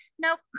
nope